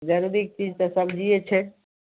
जरूरीके चीज तऽ सबजिए छै